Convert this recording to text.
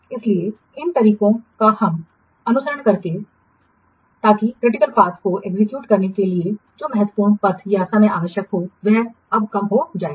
इसलिए इन तरीकों का हम अनुसरण कर सकते हैं ताकि क्रिटिकल पथ को एग्जीक्यूट करने के लिए जो महत्वपूर्ण पथ या समय आवश्यक हो वह अब कम हो जाएगा